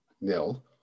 nil